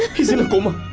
he's in a coma.